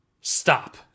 stop